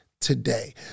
today